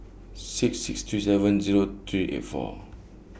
six six three seven Zero three eight four